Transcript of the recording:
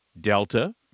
Delta